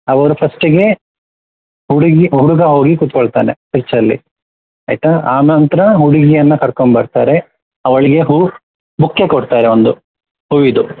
ಅವರು ಫಸ್ಟಿಗೆ ಹುಡುಗಿ ಹುಡುಗ ಹೋಗಿ ಕೂತ್ಕೊಳ್ತಾನೆ ಪಿಚ್ಚಲ್ಲಿ ಆಯಿತಾ ಆನಂತರ ಹುಡುಗಿಯನ್ನು ಕರ್ಕೊಂಡ್ಬರ್ತಾರೆ ಅವಳಿಗೆ ಹೂ ಬೊಕ್ಕೆ ಕೊಡ್ತಾರೆ ಒಂದು ಹೂವಿಂದು